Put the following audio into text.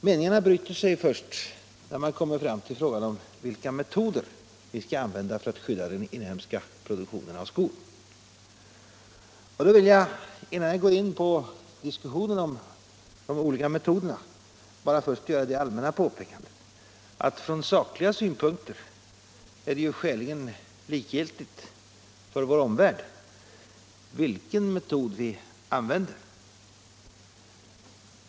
Meningarna bryter sig först när man kommer fram till frågan om vilka metoder vi skall använda för att skydda den inhemska produktionen av skor. Innan jag går in på den diskussionen skall jag göra det allmänna påpekandet att från sakliga synpunkter är det skäligen likgiltigt för vår omvärld vilka metoder vi använder.